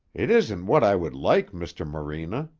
it isn't what i would like, mr. morena,